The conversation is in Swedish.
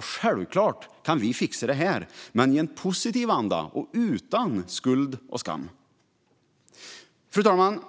Självklart kan vi fixa detta - men i en positiv anda och utan skuld och skam. Fru talman!